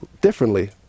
differently